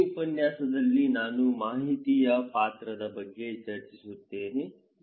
ಈ ಉಪನ್ಯಾಸದಲ್ಲಿ ನಾನು ಮಾಹಿತಿಯ ಪಾತ್ರದ ಬಗ್ಗೆ ಚರ್ಚಿಸುತ್ತೇನೆ